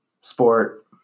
Sport